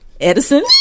Edison